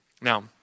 Now